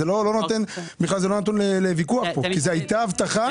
זה בכלל לא נתון לוויכוח פה כי זו הייתה הבטחה,